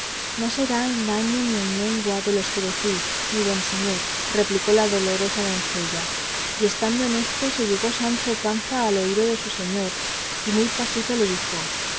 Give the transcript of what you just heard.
no será en daño ni en mengua de los que decís mi buen señor replicó la dolorosa doncella y estando en esto se llegó sancho panza al oído de su señor y muy pasito le dijo